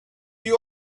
you